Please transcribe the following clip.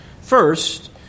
First